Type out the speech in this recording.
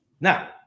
Now